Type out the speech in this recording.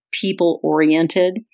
people-oriented